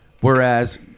whereas